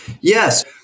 Yes